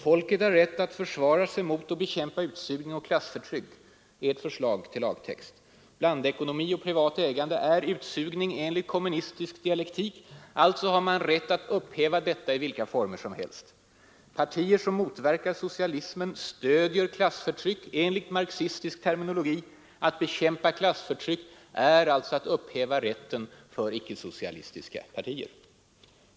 ”Folket har rätt att försvara sig mot och bekämpa utsugning och klassförtryck— ——”, är ert förslag till lagtext. Blandekonomi och privat ägande är ”utsugning” enligt kommunistisk dialektik. Alltså har man rätt att upphäva dem i vilka former som helst. Partier som motverkar socialismen stöder ”klassförtryck”, enligt marxistisk terminologi. Att bekämpa klassförtryck är alltså att upphäva rätten för icke-socialistiska partier.